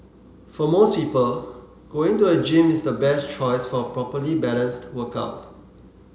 for most people going to a gym is the best choice for a properly balanced workout